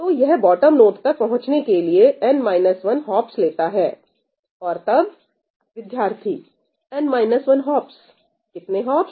तो यह bottom node तक पहुंचने के लिए n 1 हॉपस लेता हैऔर तब विद्यार्थी n - 1 हाप्स कितने हाप्स